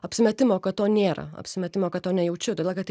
apsimetimo kad to nėra apsimetimo kad to nejaučiu todėl kad tai